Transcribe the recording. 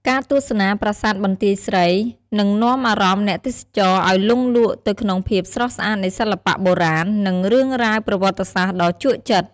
ការទស្សនាប្រាសាទបន្ទាយស្រី នឹងនាំអារម្មណ៍អ្នកទេសចរណ៍ឲ្យលង់លក់ទៅក្នុងភាពស្រស់ស្អាតនៃសិល្បៈបុរាណ និងរឿងរ៉ាវប្រវត្តិសាស្ត្រដ៏ជក់ចិត្ត។